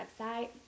website